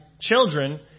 children